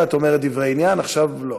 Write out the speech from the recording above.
בדרך כלל את אומרת דברי עניין, עכשיו לא.